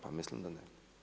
Pa mislim da ne.